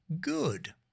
good